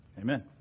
amen